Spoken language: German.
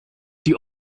die